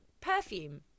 perfume